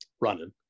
running